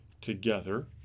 together